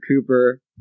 Cooper